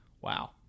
wow